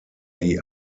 die